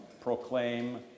proclaim